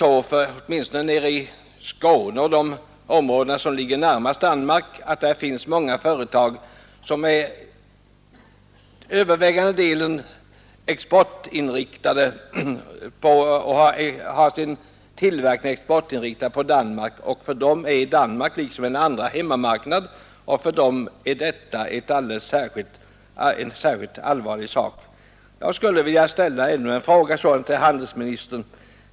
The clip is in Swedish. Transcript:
Åtminstone i Skåne, i de områden som ligger närmast Danmark, finns många företag som till övervägande delen har sin tillverkning inriktad på export till Danmark. För dem är Danmark liksom en andra hemmamarknad, och för dem är detta en särskilt allvarlig sak. Jag vill således ställa ännu en fråga till handelsministern.